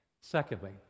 Secondly